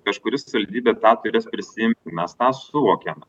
kažkuri savivaldybė tą turės prisiimti mes tą suvokiam